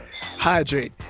hydrate